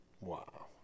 Wow